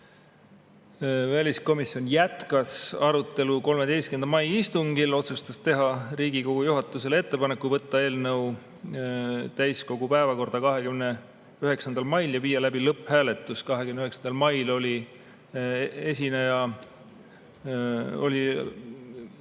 Väliskomisjon jätkas arutelu 13. mai istungil ja otsustas teha Riigikogu juhatusele ettepanek võtta eelnõu täiskogu päevakorda 29. mail ja viia läbi selle lõpphääletus. 29. mail oli arutelu